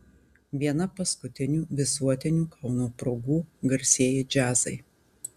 viena paskutinių visuotinių kauno progų garsieji džiazai